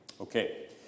Okay